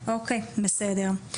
בסדר.